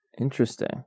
Interesting